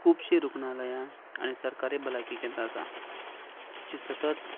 खुबशीं रुग्णालयां आनी सरकारीभलायकी केंद्रां आसात जीं सतत